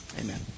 Amen